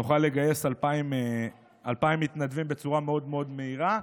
נוכל לגייס 2,000 מתנדבים בצורה מאוד מאוד מהירה,